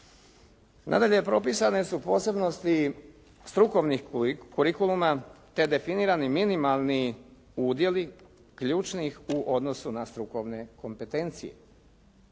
Nadalje propisane su posebnosti strukovnih kurikuluma te definirani minimalni udjelu ključnih u odnosu na strukovne kompetencije.